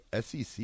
SEC